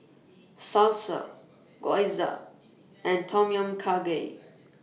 Salsa Gyoza and Tom Kha Gai